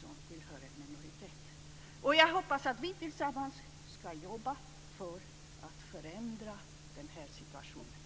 som tillhör en minoritet. Jag hoppas att vi tillsammans kan jobba för att förändra den här situationen. Tack så mycket!